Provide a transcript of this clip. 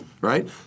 Right